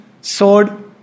sword